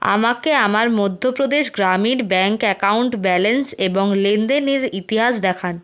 আমাকে আমার মধ্যপ্রদেশ গ্রামীণ ব্যাঙ্ক অ্যাকাউন্ট ব্যালেন্স এবং লেনদেনের ইতিহাস দেখান